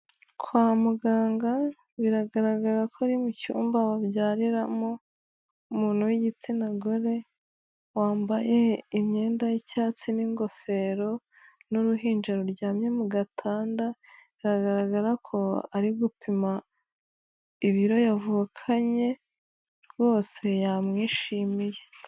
Kwa muganga biragaragara ko ari mu cyumba babyariramo, umuntu w'igitsina gore wambaye imyenda y'icyatsi n'ingofero n'uruhinja ruryamye mu gatanda; biragaragara ko ari gupima ibiro yavukanye rwose yamwishimiye.